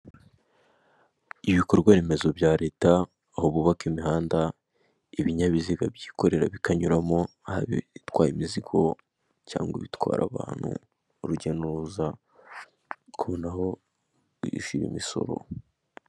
Ibikorwa remezo bya leta aho bubaka imihanda ibinyabiziga byikorera bikanyuramo haba ibitwaye imizigo cyangwa ibitwara abantu, urujya n'uruza kubona aho bishyura imisoro.